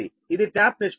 ఇది ట్యాప్ నిష్పత్తి